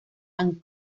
and